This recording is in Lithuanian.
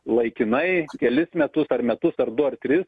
laikinai kelis metus ar metus ar du ar tris